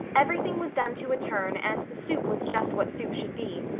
everything was done to a turn and the soup was just what soup should be,